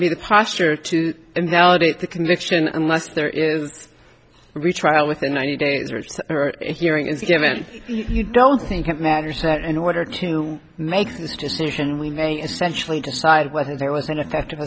be the posture to invalidate the conviction unless there is a retrial within ninety days or so a hearing is given you don't think it matters that in order to make this decision we may essentially decide whether there was ineffective